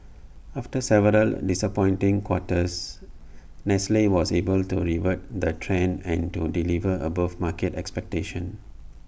after several disappointing quarters nestle was able to revert the trend and to deliver above market expectations